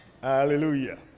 Hallelujah